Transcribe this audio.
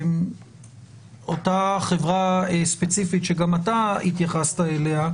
שאותה חברה ספציפית שגם אתה התייחסת אליה,